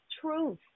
truth